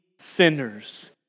sinners